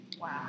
Wow